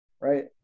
Right